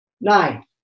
Nine